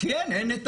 כי אין את